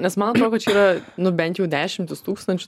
nes man atrodo kad čia yra nu bent jau dešimtys tūkstančių